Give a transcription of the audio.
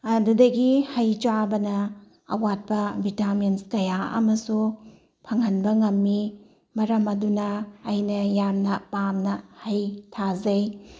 ꯑꯗꯨꯗꯒꯤ ꯍꯩ ꯆꯥꯕꯅ ꯑꯋꯥꯠꯄ ꯕꯤꯇꯥꯃꯤꯟꯁ ꯀꯌꯥ ꯑꯃꯁꯨ ꯐꯪꯍꯟꯕ ꯉꯝꯃꯤ ꯃꯔꯝ ꯑꯗꯨꯅ ꯑꯩꯅ ꯌꯥꯝꯅ ꯄꯥꯝꯅ ꯍꯩ ꯊꯥꯖꯩ